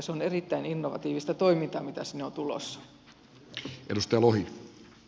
se on erittäin innovatiivista toimintaa mitä sinne on tulossa